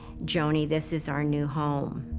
joni, this is our new home,